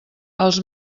els